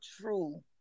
true